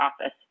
office